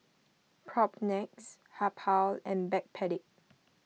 Propnex Habhal and Backpedic